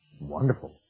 wonderful